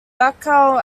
baikal